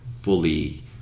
fully